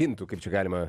fintų kaip čia galima